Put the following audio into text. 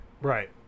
Right